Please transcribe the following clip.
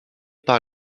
par